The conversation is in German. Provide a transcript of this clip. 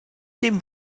dem